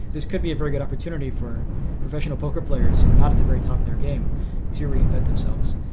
this could be a very good opportunity for professional poker players who are not at the very top of their game to reinvent themselves,